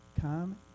come